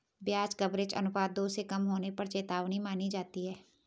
ब्याज कवरेज अनुपात दो से कम होने पर चेतावनी मानी जाती है